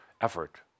effort